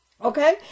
Okay